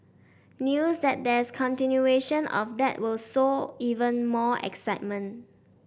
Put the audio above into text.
news that there's continuation of that will sow even more excitement